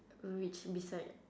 which beside